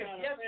yes